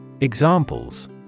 Examples